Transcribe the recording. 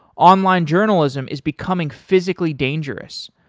online journalism is becoming physically dangerous.